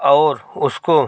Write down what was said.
और उसको